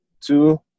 two